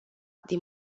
din